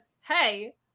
Hey